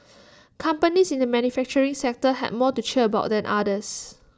companies in the manufacturing sector had more to cheer about than others